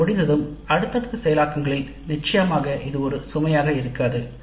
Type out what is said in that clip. அது முடிந்ததும் அடுத்தடுத்த செயலாக்கங்களில் நிச்சயமாக இது ஒரு சுமையாக இருக்காது